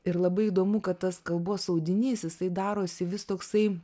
ir labai įdomu kad tas kalbos audinys jisai darosi vis toksai